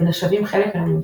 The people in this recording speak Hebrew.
ונחשבים חלק מן הממסד.